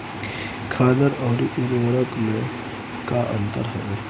खादर अवरी उर्वरक मैं का अंतर हवे?